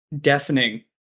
deafening